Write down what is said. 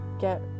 get